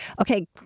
okay